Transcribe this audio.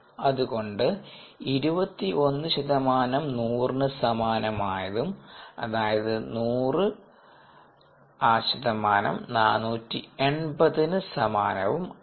അത്കൊണ്ട് 21 ശതമാനം 100 നു സമാനമായതുംഅതായത് ആ 100 ശതമാനം 480നു സമാനവും ആകും